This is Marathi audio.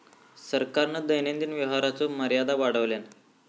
सरकारान दैनंदिन व्यवहाराचो मर्यादा वाढवल्यान